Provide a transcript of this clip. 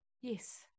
Yes